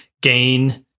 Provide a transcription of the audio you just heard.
gain